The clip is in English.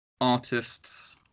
artists